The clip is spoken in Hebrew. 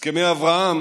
הסכמי אברהם